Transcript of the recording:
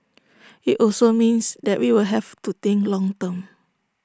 IT also means that we will have to think long term